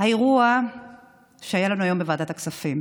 האירוע שהיה לנו היום בוועדת הכספים.